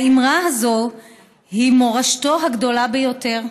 האמרה הזאת היא מורשתו הגדולה ביותר,